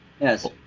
Yes